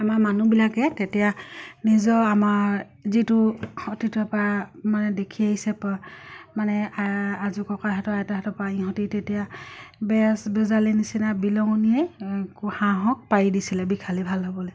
আমাৰ মানুহবিলাকে তেতিয়া নিজৰ আমাৰ যিটো অতীতৰ পৰা মানে দেখি আহিছে মানে আজো ককাহঁতৰ আইতাহঁতৰ পৰা ইহঁতি তেতিয়া বেজ বেজালি নিচিনা বিহলঙনিয়ে হাঁহক পাৰি দিছিলে বিষালী ভাল হ'বলে